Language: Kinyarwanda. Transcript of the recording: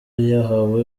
yahawe